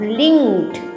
linked